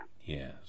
Yes